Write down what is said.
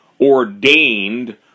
ordained